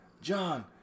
John